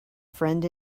friend